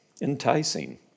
enticing